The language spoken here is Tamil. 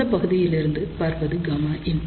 இந்தப் பகுதியிலிருந்து பார்ப்பது Γin